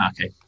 Okay